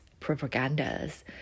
propagandas